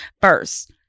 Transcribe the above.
First